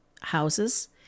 houses